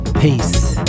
peace